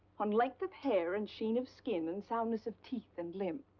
unlike the pear and sheen of skin, and soundness of teeth and limb.